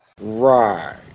Right